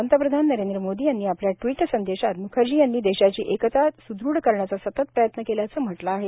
पंतप्रधान नरेंद्र मोदी यांनी आपल्या ट्वीट संदेशात म्खर्जी यांनी देशाची एकता स्दृ करण्याचा सतत प्रयत्न केल्याचं म्हटलं आहे